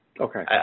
Okay